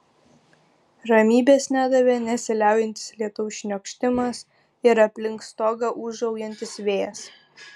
ramybės nedavė nesiliaujantis lietaus šniokštimas ir aplink stogą ūžaujantis vėjas